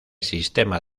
sistema